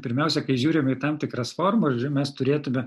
pirmiausia kai žiūrime į tam tikras formas žodžiu mes turėtume